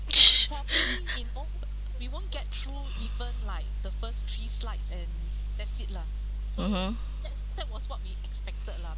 mmhmm